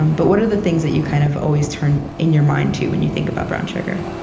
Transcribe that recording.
um but what are the things that you kind of always turn in your mind to, when you think about brown sugar?